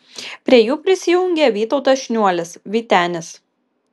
prie jų prisijungė vytautas šniuolis vytenis